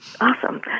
Awesome